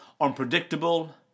unpredictable